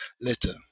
letter